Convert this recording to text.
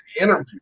interview